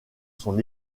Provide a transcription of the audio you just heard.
son